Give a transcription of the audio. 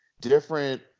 different